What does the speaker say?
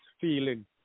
feeling